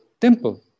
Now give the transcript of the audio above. temple